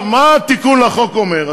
עכשיו, מה התיקון לחוק אומר?